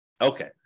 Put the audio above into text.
okay